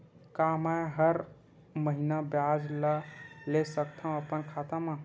का मैं हर महीना ब्याज ला ले सकथव अपन खाता मा?